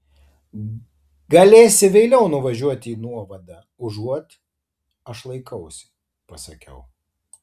galėsi vėliau nuvažiuoti į nuovadą užuot aš laikausi pasakiau